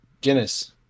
Guinness